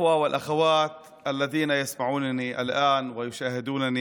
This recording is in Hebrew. (אומר דברים בשפה הערבית, להלן תרגומם: